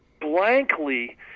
blankly